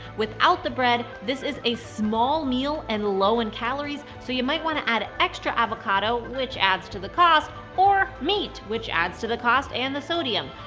without the bread, this is a small meal, and low in calories, so you might wanna add extra avocado, which adds to the cost, or meat, which adds to the cost and the sodium.